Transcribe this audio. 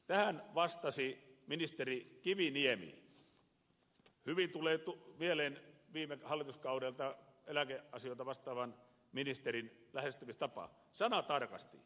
tähän vastasi ministeri kiviniemi hyvin tulee mieleen viime hallituskaudelta eläkeasioista vastaavan ministerin lähestymistapa sanatarkasti